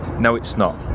no it's not.